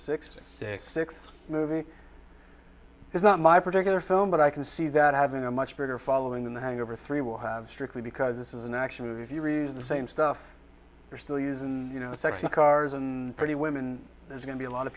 six six six movie it's not my particular film but i can see that having a much bigger following than the hangover three will have strictly because this is an action movie if you read the same stuff you're still using you know sex and cars and pretty women there's going to be a lot of